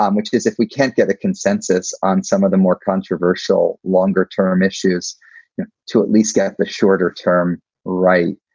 um which is if we can't get a consensus on some of the more controversial longer term issues to at least get the shorter term right,